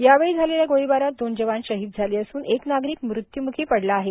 या वेळी झालेल्या गोळीबारात दोन जवान शहीद झाले असून एक नागरिक मृत्युमुखी पडला आहे